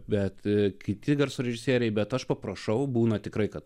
bet kiti garso režisieriai bet aš paprašau būna tikrai kad